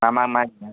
मा माइ